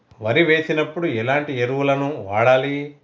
వరి వేసినప్పుడు ఎలాంటి ఎరువులను వాడాలి?